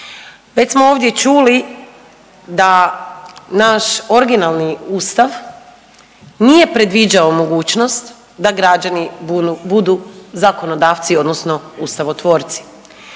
Već smo ovdje čuli da naš originalni Ustav nije predviđao mogućnost da građani budu zakonodavci odnosno ustavotvorci.